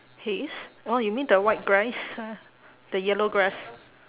hays oh you mean the white grass the yellow grass